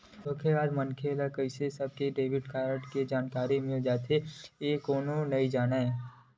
धोखेबाज मनखे ल कइसे सबके डेबिट कारड के जानकारी मिल जाथे ए कोनो नइ जानय